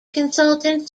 consultant